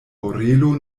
orelo